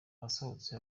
asohotse